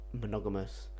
monogamous